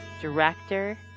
director